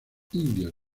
indios